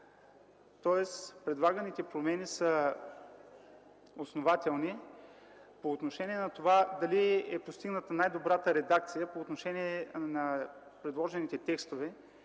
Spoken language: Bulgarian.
Тоест предлаганите промени са основателни. По отношение на това дали е постигната най-добрата редакция по отношение на предложените текстове